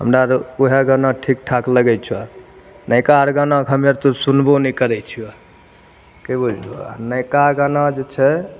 हमराआर उहए गाना ठीकठाक लगै छै नवका आर गानाके हमे आर तऽ सुनबो नहि करै छियै की बुझलो आ नवका गाना जे छै